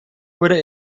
wurde